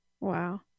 Wow